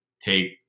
take